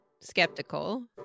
skeptical